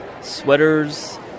sweaters